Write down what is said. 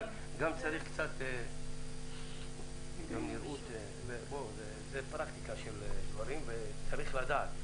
אבל מבחינת נראות צריך לדעת.